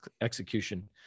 execution